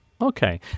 Okay